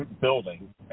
building